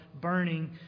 burning